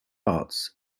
arts